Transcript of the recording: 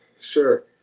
Sure